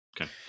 Okay